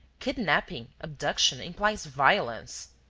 kidnapping, abduction implies violence.